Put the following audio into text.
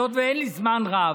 היות שאין לי זמן רב.